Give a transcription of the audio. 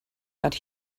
but